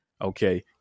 Okay